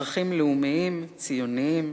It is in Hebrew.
ערכים לאומיים, ציוניים,